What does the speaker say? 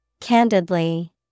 Candidly